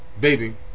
Baby